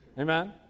Amen